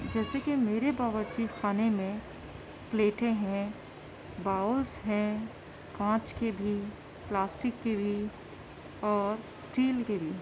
جیسے کہ میرے باروچی خانے میں پلیٹیں ہیں باؤلس ہیں کانچ کے بھی پلاسٹک کے بھی اور اسٹیل کے بھی